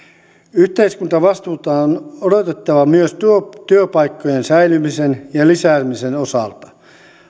yhteiskuntavastuuta on odotettava myös työpaikkojen säilymisen ja lisäämisen osalta